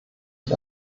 ich